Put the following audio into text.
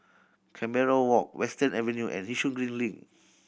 Canberra Walk Western Avenue and Yishun Green Link